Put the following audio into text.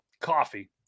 coffee